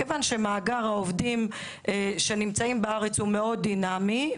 מכיוון שמאגר העובדים שנמצאים בארץ הוא מאוד דינאמי,